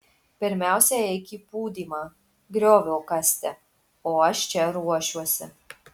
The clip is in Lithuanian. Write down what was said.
pirmiausia eik į pūdymą griovio kasti o aš čia ruošiuosi